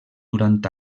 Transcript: durant